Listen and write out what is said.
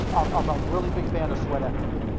um i'm a really big fan of sweat equity.